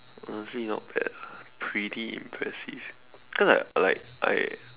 honestly not bad pretty impressive cause like like I